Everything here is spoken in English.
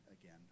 again